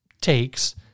takes